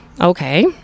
Okay